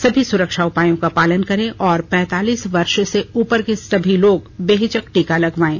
सभी सुरक्षा उपायों का पालन करें और पैंतालीस वर्ष से उपर के सभी लोग बेहिचक टीका लगवायें